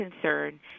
concern